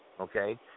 Okay